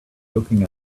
looking